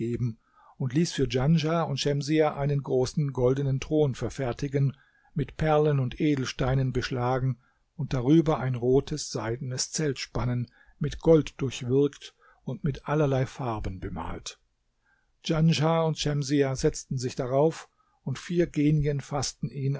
und ließ für djanschah und schemsiah einen großen goldenen thron verfertigen mit perlen und edelsteinen beschlagen und darüber ein rotes seidenes zelt spannen mit gold durchwirkt und mit allerlei farben bemalt djanschah und schemsiah setzten sich darauf und vier genien faßten ihn